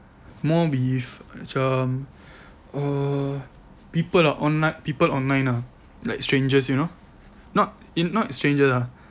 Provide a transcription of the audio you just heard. more with macam err people ah online people online ah like strangers you know not in not strangers lah